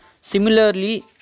similarly